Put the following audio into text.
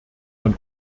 von